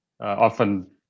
Often